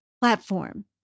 platform